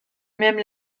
même